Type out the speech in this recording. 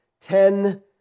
ten